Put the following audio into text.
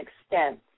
extent